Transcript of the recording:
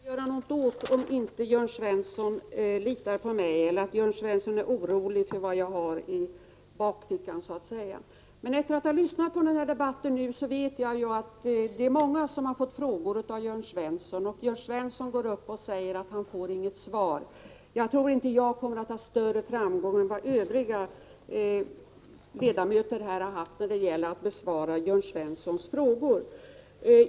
Herr talman! Jag kan inte göra något åt att Jörn Svensson inte litar på mig eller är orolig för vad jag har i bakfickan, så att säga. Men efter att ha lyssnat på den här debatten vet jag ju att det är många som har fått frågor av Jörn Svensson, och Jörn Svensson har sedan gått upp och sagt att han inte får något svar. Jag tror inte jag kommer att ha större framgång än övriga ledamöter har haft när det gäller att besvara Jörn Svenssons frågor.